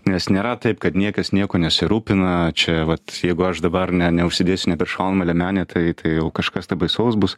nes nėra taip kad niekas niekuo nesirūpina čia vat jeigu aš dabar ne neužsidėsiu neperšaunamą liemenę tai tai jau kažkas tai baisaus bus